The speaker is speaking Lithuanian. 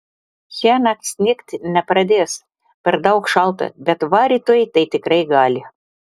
šiąnakt snigti nepradės per daug šalta bet va rytoj tai tikrai gali